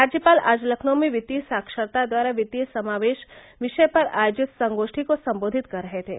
राज्यपाल आज लखनऊ में वित्तीय साक्षरता द्वारा वित्तीय समावेश विषय पर आयोजित संगोष्ठी को सम्बोधित कर रहे थे